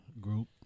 Group